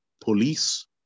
police